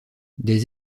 des